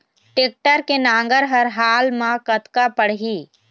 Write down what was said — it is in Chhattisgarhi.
टेक्टर के नांगर हर हाल मा कतका पड़िही?